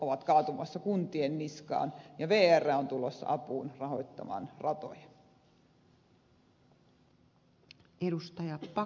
ovat kaatumassa kuntien niskaan ja vr on tulossa apuun rahoittamaan ratoja